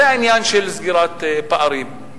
זה העניין של סגירת הפערים.